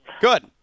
Good